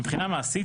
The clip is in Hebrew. מבחינה מעשית,